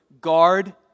guard